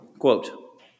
Quote